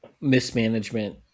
mismanagement